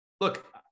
Look